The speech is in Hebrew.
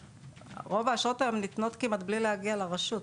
רוב האשרות היום ניתנות כמעט מבלי להגיע לרשות.